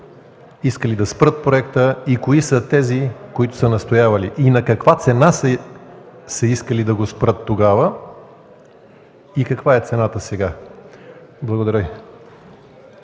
искали да спрат проекта, кои са те, кои са тези, които са настоявали, и на каква цена са искали да го спрат тогава, и каква е цената сега? Благодаря.